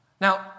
Now